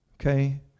Okay